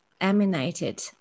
emanated